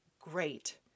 great